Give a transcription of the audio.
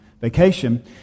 vacation